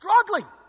struggling